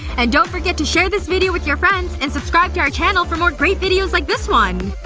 and don't forget to share this video with your friends and subscribe to our channel for more great videos like this one!